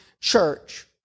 church